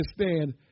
understand